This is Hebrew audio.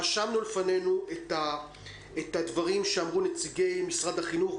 רשמנו לפנינו את הדברים שאמרו נציגי משרד החינוך,